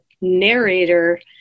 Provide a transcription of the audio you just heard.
narrator